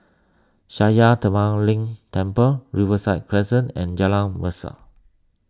Sakya Tenphel Ling Temple Riverside Crescent and Jalan Mesra